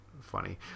funny